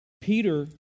Peter